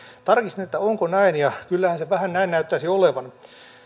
tarkistin onko näin ja kyllähän se vähän näin näyttäisi olevan